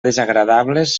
desagradables